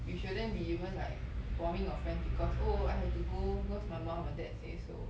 you shouldn't be even like bombing your friends because oh I have to go because my mom my dad say so